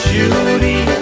Judy